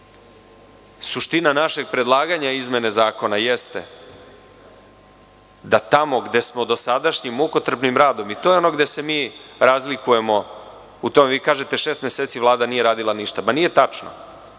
Suština našeg predlaganja izmene zakona jeste da tamo gde smo dosadašnjim mukotrpnim radom i to je ono gde se mi razlikujemo, u to vi kažete šest meseci Vlada nije radila ništa. Pa to nije tačno,